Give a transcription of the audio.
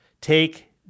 Take